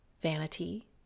vanity